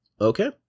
Okay